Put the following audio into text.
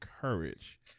courage